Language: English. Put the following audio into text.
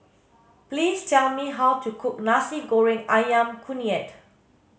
please tell me how to cook nasi goreng ayam kunyit